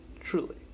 Truly